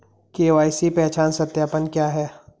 KYC पहचान सत्यापन क्या है?